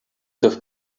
have